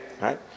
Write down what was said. right